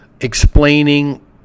explaining